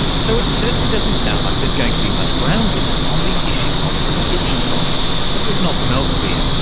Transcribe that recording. so, it certainly doesn't sound like there's going to be much ground given on the issue of subscription costs, at least not from elsevier.